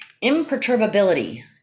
Imperturbability